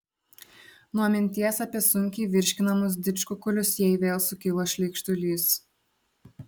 nuo minties apie sunkiai virškinamus didžkukulius jai vėl sukilo šleikštulys